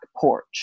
porch